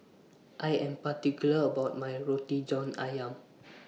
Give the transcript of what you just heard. I Am particular about My Roti John Ayam